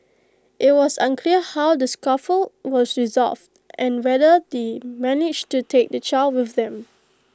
IT was unclear how the scuffle was resolved and whether they managed to take the child with them